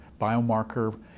biomarker